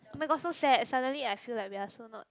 oh-my-god so sad suddenly I feel like we are so not